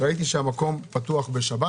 ראיתי שהמקום פתוח בשבת.